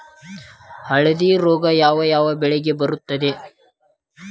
ಹಳದಿ ರೋಗ ಯಾವ ಯಾವ ಬೆಳೆಗೆ ಬರುತ್ತದೆ?